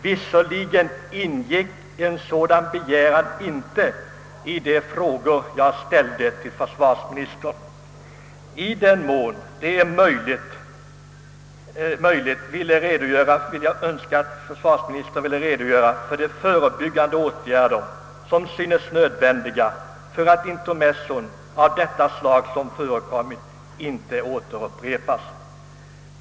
Visserligen ingick en sådan begäran inte i de frågor jag ställde till försvarsministern, men i den mån det är möjligt önskar jag att försvarsministern ville redogöra för de förebyggande åtgärder som synes nödvändiga för att intermezzon av det slag som förekommit inte återupprepas.